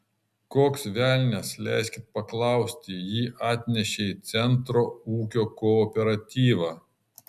koks velnias leiskit paklausti jį atnešė į centro ūkio kooperatyvą